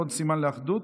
עוד סימן לאחדות.